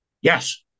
Yes